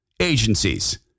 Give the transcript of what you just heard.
agencies